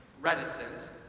reticent